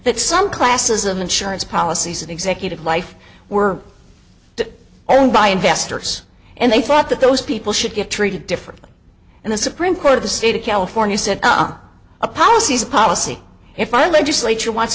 that some classes of insurance policies and executive life were owned by investors and they thought that those people should get treated differently and the supreme court of the state of california said a policy's policy if i legislature wants